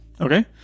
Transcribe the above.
Okay